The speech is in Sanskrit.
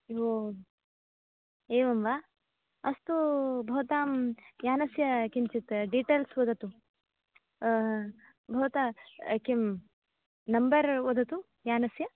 ओ एवं वा अस्तु भवतां यानस्य किञ्चित् डिटैल्स् वदतु भवतः किं नम्बर् वदतु यानस्य